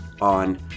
on